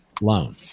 loan